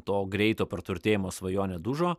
to greito praturtėjimo svajonė dužo